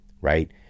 right